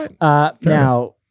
Now